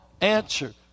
answer